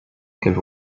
qu’elle